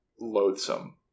loathsome